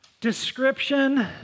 description